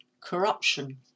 corruption